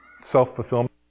self-fulfillment